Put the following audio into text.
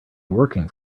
working